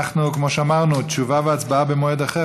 כמו שאמרנו, תשובה והצבעה במועד אחר.